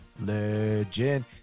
Legend